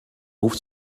ruf